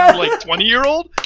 um like, twenty year old!